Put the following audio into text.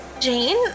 Jane